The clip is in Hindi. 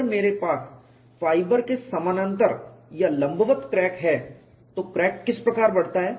अगर मेरे पास फाइबर के समानांतर या लंबवत क्रैक है तो क्रैक किस प्रकार बढ़ता है